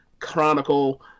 Chronicle